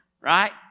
right